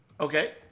Okay